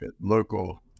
local